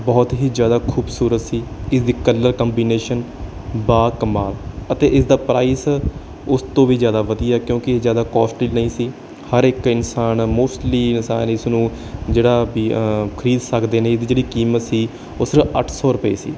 ਬਹੁਤ ਹੀ ਜ਼ਿਆਦਾ ਖੂਬਸੂਰਤ ਸੀ ਇਸਦੀ ਕਲਰ ਕੰਬੀਨੇਸ਼ਨ ਬਾਕਮਾਲ ਅਤੇ ਇਸਦਾ ਪ੍ਰਾਈਸ ਉਸ ਤੋਂ ਵੀ ਜ਼ਿਆਦਾ ਵਧੀਆ ਕਿਉਂਕਿ ਇਹ ਜ਼ਿਆਦਾ ਕੋਸਟਲੀ ਨਹੀਂ ਸੀ ਹਰ ਇੱਕ ਇਨਸਾਨ ਮੋਸਟਲੀ ਇਨਸਾਨ ਇਸ ਨੂੰ ਜਿਹੜਾ ਵੀ ਖਰੀਦ ਸਕਦੇ ਨੇ ਇਹਦੀ ਜਿਹੜੀ ਕੀਮਤ ਸੀ ਉਹ ਸਿਰਫ ਅੱਠ ਸੌ ਰੁਪਏ ਸੀ